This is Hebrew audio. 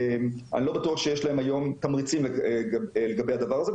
אני לא בטוח שיש להם היום תמריצים לגבי הדבר הזה,